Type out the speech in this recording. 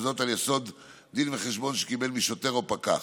וזאת על יסוד דין וחשבון שקיבל משוטר או פקח.